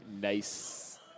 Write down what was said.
Nice